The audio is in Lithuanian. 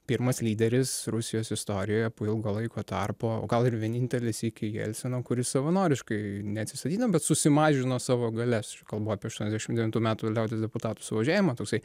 pirmas lyderis rusijos istorijoje po ilgo laiko tarpo o gal ir vienintelį sykį jelcino kuris savanoriškai neatsistatydino bet susimažino savo galias kalbu apie aštuoniasdešim devintų metų liaudies deputatų suvažiavimą toksai